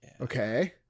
Okay